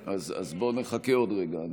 אז נחכה עוד רגע.